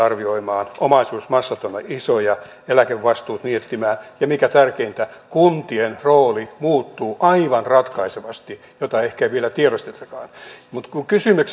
on paljon tieteenaloja jotka tuskin tuovat meille vientiä tai joista voisi syntyä sellaisia innovaatioita jotka toisivat maahan yksityisen sektorin työpaikkoja